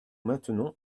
maintenons